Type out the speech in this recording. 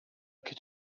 che